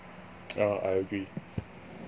yeah I agree